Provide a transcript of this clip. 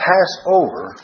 Passover